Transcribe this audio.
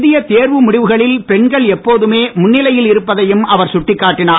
இந்திய தேர்வு முடிவுகளில் பெண்கள் எப்போதுமே முன்னிலையில் இருப்பதையும் அவர் குட்டிக்காட்டினார்